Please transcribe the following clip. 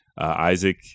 Isaac